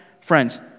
Friends